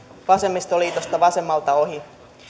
vasemmistoliitosta vasemmalta ohi